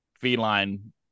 feline